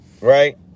right